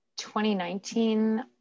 2019